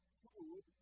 food